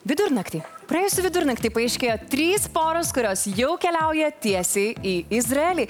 vidurnaktį praėjusį vidurnaktį paaiškėjo trys poros kurios jau keliauja tiesiai į izraelį